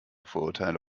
vorurteile